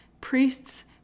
priests